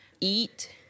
eat